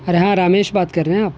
ارے ہاں رامیش بات کر رہے ہیں آپ